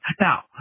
Now